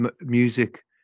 music